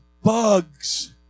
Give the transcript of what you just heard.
bugs